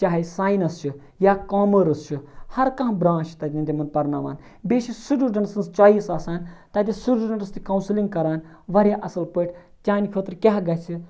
چاہے ساینَس چھُ یا کامٲرٕس چھُ ہَر کانٛہہ برانچ چھُ تَتٮ۪ن تِمَن پَرناوان بیٚیہِ چھِ سٹوڈنٹ سٕنٛز چُویِس آسان تَتیٚتھ سٹوڈنٹس تہِ کونٛسٕلِنٛگ کَران واریاہ اَصل پٲٹھۍ چانہِ خٲطرٕ کیاہ گَژھِ ٹھیٖک